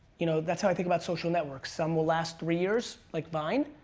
you know that's how i think about social networks. some will last three years, like vine,